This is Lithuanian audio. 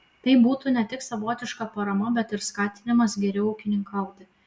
tai būtų ne tik savotiška parama bet ir skatinimas geriau ūkininkauti